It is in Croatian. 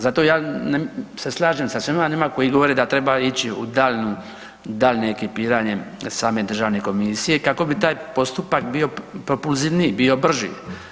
Zato se ja slažem sa svima onima koji govore da treba ići u daljnje ekipiranje same državne komisije kako bi taj postupak bio propulzivniji, bio brži.